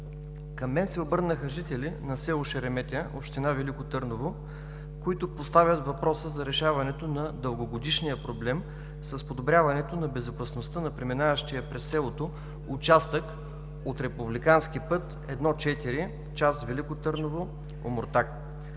Към мен се обърнаха жители на село Шереметя, община Велико Търново, които поставят въпроса за решаването на дългогодишния проблем с подобряването на безопасността на преминаващия през селото участък от републикански път 1.4, част Велико Търново – Омуртаг.